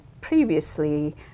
previously